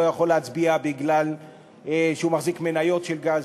יכול להצביע מפני שהוא מחזיק מניות של גז,